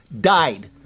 died